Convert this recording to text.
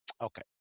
Okay